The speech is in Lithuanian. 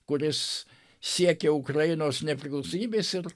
kuris siekė ukrainos nepriklausomybės ir